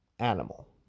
animal